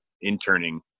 interning